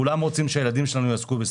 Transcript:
כולם רוצים שהילדים שלנו יעסקו בספורט.